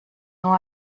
nur